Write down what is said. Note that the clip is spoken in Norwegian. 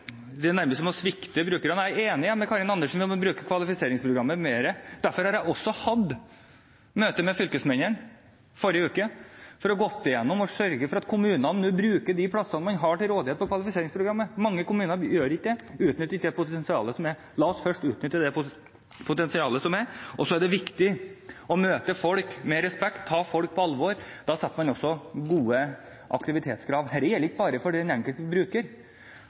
er nærmest som å svikte brukerne. Jeg er enig med Karin Andersen i at vi må bruke kvalifiseringsprogrammet mer. Derfor har jeg også hatt møte med fylkesmennene forrige uke for å sørge for at kommunene bruker de plassene man har til rådighet på kvalifiseringsprogrammet. Mange kommuner gjør ikke det, de utnytter ikke det potensialet som er. La oss først utnytte det potensialet som er. Så er det viktig å møte folk med respekt og ta folk på alvor. Da setter man også gode aktivitetskrav. Dette gjelder ikke bare for den enkelte bruker.